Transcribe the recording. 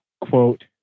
quote